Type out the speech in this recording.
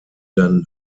dann